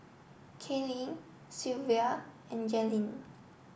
Kaylin Shelvia and Jalynn